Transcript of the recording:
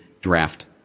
draft